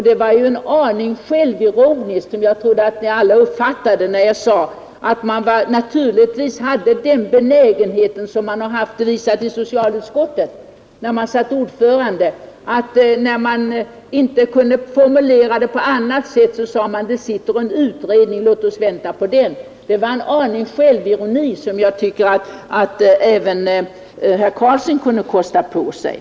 Det var en aning självironiskt när jag sade att man naturligtvis hade samma benägenhet som nu har kommit till uttryck i socialutskottet när man satt ordförande och inte kunde finna en annan formulering, nämligen att man hänvisade till en sittande utredning — låt oss vänta på den. Det var litet självironi som jag tycker att även herr Karlsson kunde kosta på sig.